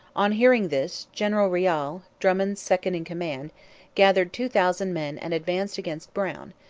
on hearing this, general riall, drummond's second-in-command, gathered two thousand men and advanced against brown,